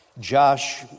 Josh